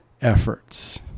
efforts